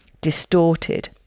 distorted